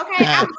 Okay